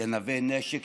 גנבי נשק,